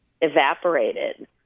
evaporated